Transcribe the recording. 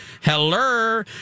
hello